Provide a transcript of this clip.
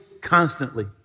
constantly